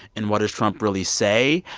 and what does trump really say?